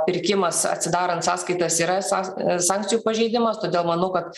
pirkimas atsidarant sąskaitas yra sąs sankcijų pažeidimas todėl manau kad